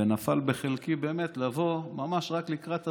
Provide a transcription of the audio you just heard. ונפל בחלקי לבוא, ממש רק לקראת הסוף,